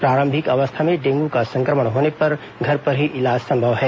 प्रारंभिक अवस्था में डेंगू का संक्रमण होने पर घर पर ही इलाज संभव है